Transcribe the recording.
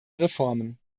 reformen